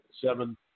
seven